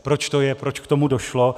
Proč to je, proč k tomu došlo?